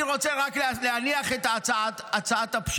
אני רוצה רק להניח את הצעת הפשרה.